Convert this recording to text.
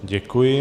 Děkuji.